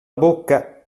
bocca